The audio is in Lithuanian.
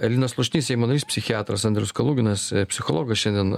linas slušnys seimo narys psichiatras andrius kaluginas psichologas šiandien